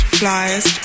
flyers